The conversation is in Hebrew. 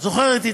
זוכרת,